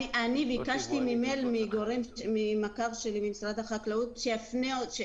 אני ביקשתי במייל ממכר שלי במשרד החקלאות שיפנה אותי.